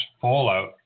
fallout